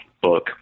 book